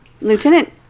Lieutenant